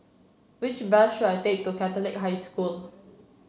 which bus should I take to Catholic High School